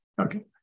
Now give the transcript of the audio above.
Okay